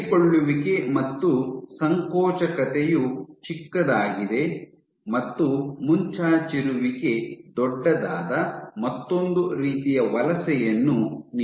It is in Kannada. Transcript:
ಅಂಟಿಕೊಳ್ಳುವಿಕೆ ಮತ್ತು ಸಂಕೋಚಕತೆಯು ಚಿಕ್ಕದಾಗಿದೆ ಮತ್ತು ಮುಂಚಾಚಿರುವಿಕೆ ದೊಡ್ಡದಾದ ಮತ್ತೊಂದು ರೀತಿಯ ವಲಸೆಯನ್ನು ನೀವು ನೋಡಬಹುದು